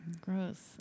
Gross